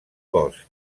cos